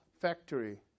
factory